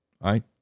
right